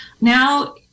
now